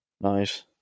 Nice